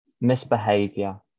misbehavior